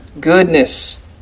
goodness